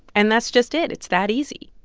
and that's just it. it's that easy.